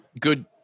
good